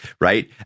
right